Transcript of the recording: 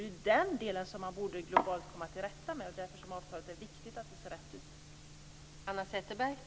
Det är detta som man globalt borde komma till rätta med. Det är därför som det är viktigt att avtalet är riktigt.